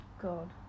God